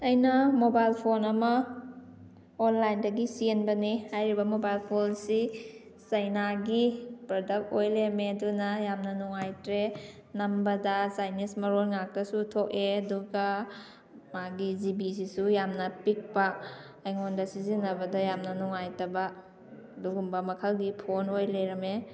ꯑꯩꯅ mobile phone ꯑꯃ ꯑꯣꯟꯂꯥꯏꯟꯗꯒꯤ ꯆꯦꯟꯕꯅꯤ ꯍꯥꯏꯔꯤꯕ ꯃꯣꯕꯥꯏꯜ ꯐꯣꯟꯁꯤ ꯆꯤꯅꯥꯒꯤ ꯄ꯭ꯔꯗꯛ ꯑꯣꯏꯅ ꯂꯩꯔꯝꯃꯦ ꯑꯗꯨꯅ ꯌꯥꯝꯅ ꯅꯨꯡꯉꯥꯏꯇ꯭ꯔꯦ ꯅꯝꯕꯗ ꯆꯥꯏꯅꯤꯁ ꯃꯔꯣꯟ ꯉꯛꯇꯁꯨ ꯊꯣꯛꯑꯦ ꯑꯗꯨꯒꯥ ꯃꯥꯒꯤ ꯖꯤ ꯕꯤꯁꯤꯁꯨ ꯌꯥꯝꯅ ꯄꯤꯛꯄ ꯑꯩꯉꯣꯟꯗ ꯁꯤꯖꯤꯟꯅꯕꯗ ꯌꯥꯝꯅ ꯅꯨꯡꯉꯥꯏꯇꯕ ꯑꯗꯨꯒꯨꯝꯕ ꯃꯈꯜꯒꯤ ꯐꯣꯟ ꯑꯣꯏ ꯅ ꯂꯩꯔꯝꯃꯦ